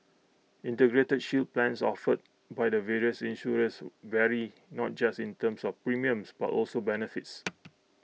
integrated shield plans offered by the various insurers vary not just in terms of premiums but also benefits